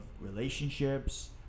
relationships